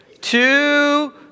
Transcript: two